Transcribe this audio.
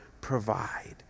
provide